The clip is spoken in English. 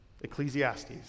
Ecclesiastes